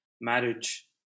marriage